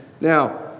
Now